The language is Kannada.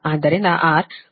ಆದ್ದರಿಂದ R 0